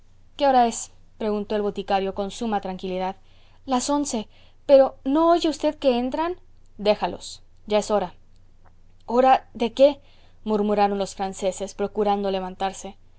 qué hora es preguntó el boticario con suma tranquilidad las once pero no oye usted que entran déjalos ya es hora hora de qué murmuraron los franceses procurando levantarse